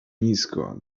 nisko